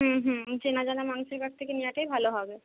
হুম হুম চেনা জানা মানুষের কাছ থেকে নেওয়াটাই ভালো হবে